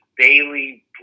daily